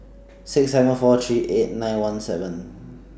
six seven four three eight nine one seven